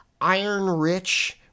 iron-rich